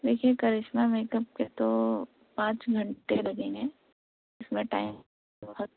دیکھیے Karishma makeup کے تو پانچ گھنٹے لگیں گے اس میں ٹائم بہت